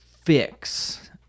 fix